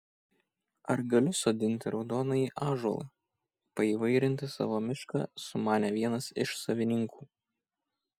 ar galiu sodinti raudonąjį ąžuolą paįvairinti savo mišką sumanė vienas iš savininkų